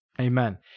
Amen